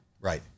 right